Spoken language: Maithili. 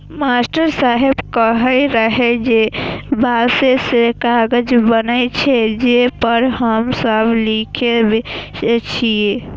मास्टर साहेब कहै रहै जे बांसे सं कागज बनै छै, जे पर हम सब लिखै छियै